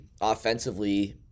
offensively